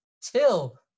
Till